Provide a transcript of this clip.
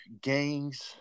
gangs